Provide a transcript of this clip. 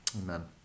Amen